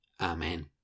Amen